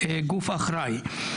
הבריאות.